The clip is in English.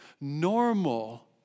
normal